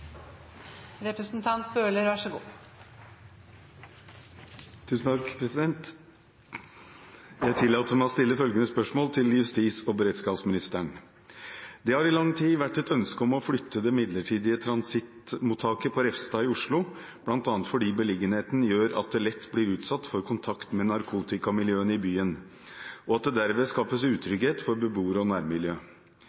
beredskapsministeren: «Det har i lang tid vært et ønske om å flytte det midlertidige transittmottaket på Refstad i Oslo, bl.a. fordi beliggenheten gjør at det lett blir utsatt for kontakt med narkotikamiljøene i byen, og at det derved skapes